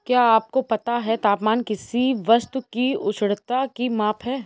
क्या आपको पता है तापमान किसी वस्तु की उष्णता की माप है?